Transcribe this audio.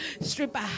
stripper